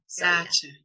Gotcha